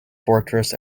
fortress